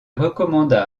recommanda